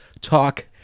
talk